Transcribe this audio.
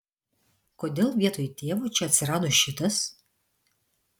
kodėl vietoj tėvo čia atsirado šitas